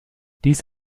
dies